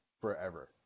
forever